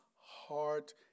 heart